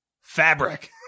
fabric